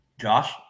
Josh